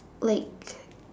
like